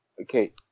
okay